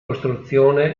costruzione